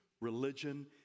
religion